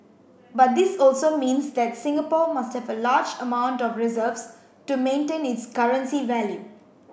but this also means that Singapore must have a large amount of reserves to maintain its currency value